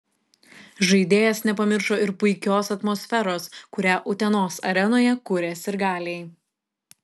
žaidėjas nepamiršo ir puikios atmosferos kurią utenos arenoje kuria sirgaliai